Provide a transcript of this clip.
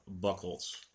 buckles